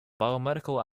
biomedical